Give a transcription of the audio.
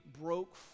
broke